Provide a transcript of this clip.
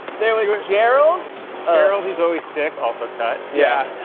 there was gerald. gerald who's always sick. also cut. yeah,